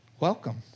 welcome